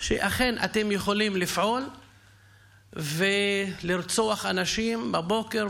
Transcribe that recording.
שאכן אתם יכולים לפעול ולרצוח אנשים בבוקר,